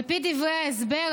על פי דברי ההסבר,